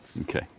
Okay